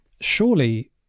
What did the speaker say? Surely